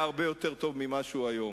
היה הרבה יותר טוב ממה שהוא היום.